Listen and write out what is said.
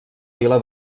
vila